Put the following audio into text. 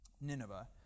Nineveh